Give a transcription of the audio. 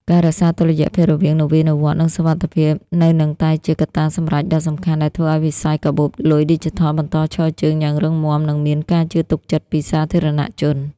ការរក្សាតុល្យភាពរវាងនវានុវត្តន៍ និងសុវត្ថិភាព នឹងនៅតែជាកត្តាសម្រេចដ៏សំខាន់ដែលធ្វើឱ្យវិស័យកាបូបលុយឌីជីថលបន្តឈរជើងយ៉ាងរឹងមាំ និងមានការជឿទុកចិត្តពីសាធារណជន។